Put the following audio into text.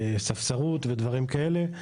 ספסרות ודברים כאלה.